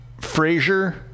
Frazier